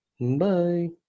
Bye